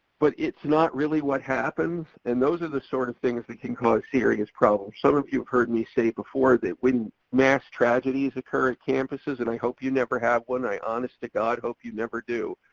but it's not really what happens. and those are the sort of things that can cause serious problems. some of you've heard me say before that when mass tragedies occur at campuses, and i hope you never have one. i honest to god hope you never do.